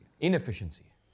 inefficiency